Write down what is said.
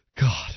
God